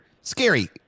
Scary